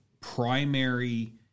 primary